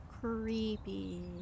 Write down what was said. creepy